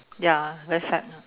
ya very sad ah